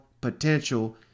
potential